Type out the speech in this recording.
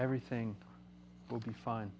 everything will be fine